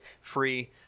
free